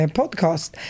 podcast